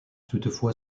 toutefois